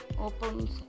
opens